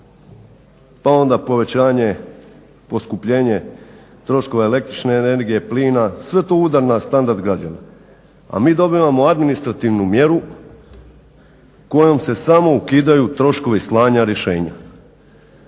pa onda povećanje, poskupljenje troškova električne energije, plina. Sve je to udar na standard građana, a mi dobivamo administrativnu mjeru kojom se samo ukidaju troškovi slanja rješenja.